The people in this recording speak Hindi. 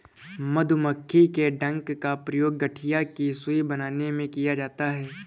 मधुमक्खी के डंक का प्रयोग गठिया की सुई बनाने में किया जाता है